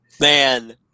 Man